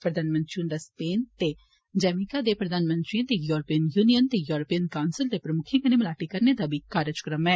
प्रधानमंत्री हुन्दा स्पेन ते जैमीका दे प्रधानमंत्रिएं ते यूरिपेयन यूनियन ते यूरोपियन काऊसल दे प्रमुक्खे कन्नै मलाटी लाने दा कारजक्रम ऐ